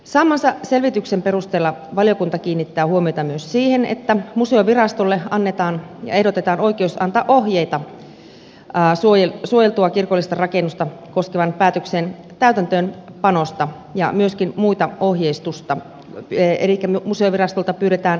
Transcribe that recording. saamansa selvityksen perusteella valiokunta kiinnittää huomiota myös siihen että museovirastolle annetaan ja ehdotetaan oikeus antaa ohjeita suojeltua kirkollista rakennusta koskevan päätöksen täytäntöönpanosta ja myöskin muuta ohjeistusta elikkä museovirastolta pyydetään lausunto